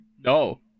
No